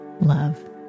love